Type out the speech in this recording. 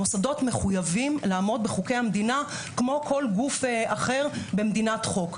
המוסדות מחויבים לעמוד בחוקי המדינה כמו כל גוף אחר במדינת חוק.